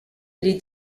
les